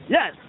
Yes